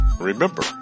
remember